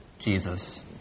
Jesus